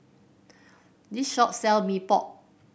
this shop sell Mee Pok